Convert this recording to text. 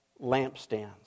lampstands